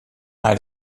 nei